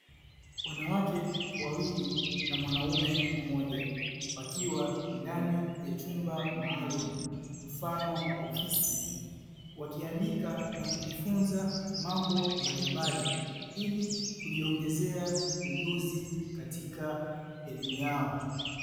Wanawake wawili na mwanaume mmoja wakiwa ndani ya chumba maalumu mfano wa ofisi, wakiandika na kujifunza mambo mbalimbali ili kujiongezea ujuzi katika elimu yao.